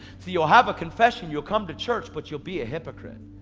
so you'll have a confession, you'll come to church but you'll be a hypocrite.